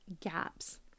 gaps